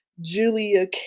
Julia